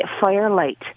firelight